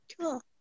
Cool